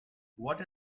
what